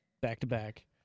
back-to-back